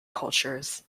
cultures